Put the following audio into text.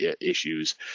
issues